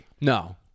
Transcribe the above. No